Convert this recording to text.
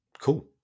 Cool